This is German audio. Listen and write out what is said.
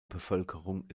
bevölkerung